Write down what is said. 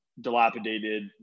dilapidated